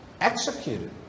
Executed